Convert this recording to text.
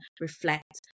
reflect